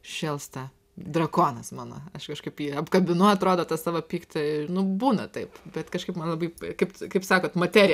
šėlsta drakonas mano aš kažkaip jį apkabinu atrodo tą savo pyktį nu būna taip bet kažkaip man labai kaip kaip sakot materiją